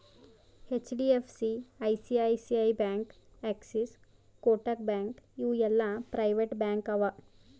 HDFC, ICICI bank, Axis, Kotak bank ಇವು ಎಲ್ಲಾ private bank ಅವಾ